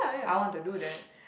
I want to do that